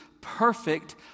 perfect